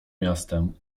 miastem